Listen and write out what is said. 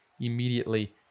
immediately